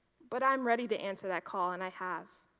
but i'm ready to answer that call, and i have.